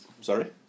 Sorry